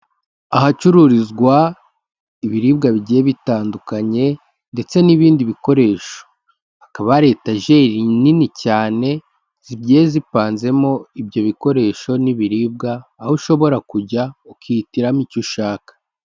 Ahacururizwa ibiribwa bigiye bitandukanye ndetse n'ibindi bikoresho, hakaba hari etajeri nini cyane zigiye zipanzemo ibyo bikoresho n'ibiribwa, aho ushobora kujya ukihitiramo icyo ushaka.